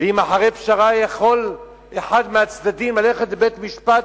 אם אחרי פשרה יכול אחד מהצדדים ללכת לבית-משפט